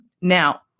Now